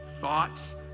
thoughts